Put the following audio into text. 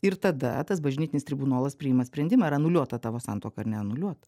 ir tada tas bažnytinis tribunolas priima sprendimą ar anuliuot tą tavo santuoką ar neanuliuot